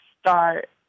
start